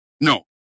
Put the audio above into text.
No